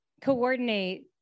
coordinate